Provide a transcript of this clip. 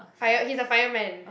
fire he is a fireman